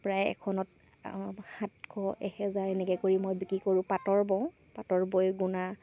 প্ৰায় এখনত সাতশ এহেজাৰ এনেকৈ কৰি মই বিক্ৰী কৰোঁ পাটৰ বওঁ পাটৰ বৈ গুণা